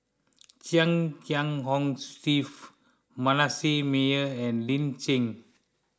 Chia Kiah Hong Steve Manasseh Meyer and Lin Chen